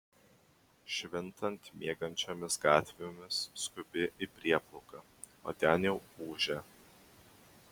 švintant miegančiomis gatvėmis skubi į prieplauką o ten jau ūžia